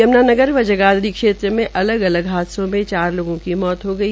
यम्नानगर व जगाधरी क्षेत्र में अलग अलग हादसों में चार लोगों की मौत हो गई